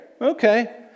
Okay